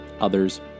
others